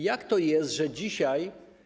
Jak to jest, że dzisiaj.